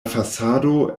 fasado